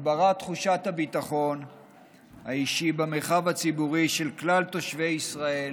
הגברת תחושת הביטחון האישי במרחב הציבורי של כלל תושבי ישראל